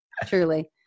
truly